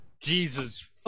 Jesus